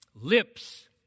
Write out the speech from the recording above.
Lips